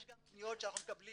יש גם פניות שאנחנו מקבלים